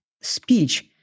speech